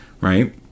right